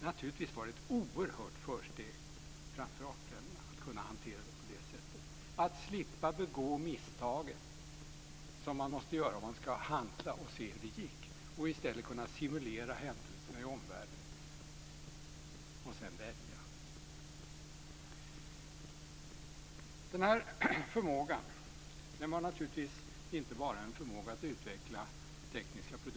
Naturligtvis var det ett oerhört stort försteg framför artfränderna att kunna hantera det på detta sätt, att slippa begå misstag som man måste göra om man ska handla och se hur det gick och i stället kunna simulera händelserna i omvärlden och sedan välja. Den här förmågan var naturligtvis inte bara en förmåga att utveckla tekniska produkter.